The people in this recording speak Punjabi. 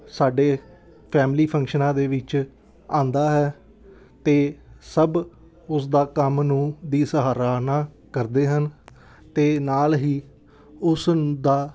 ਸਾਡੇ ਫੈਮਿਲੀ ਫੰਕਸ਼ਨਾਂ ਦੇ ਵਿੱਚ ਆਉਂਦਾ ਹੈ ਅਤੇ ਸਭ ਉਸਦਾ ਕੰਮ ਨੂੰ ਦੀ ਸਰਾਹਨਾ ਕਰਦੇ ਹਨ ਅਤੇ ਨਾਲ ਹੀ ਉਸ ਦਾ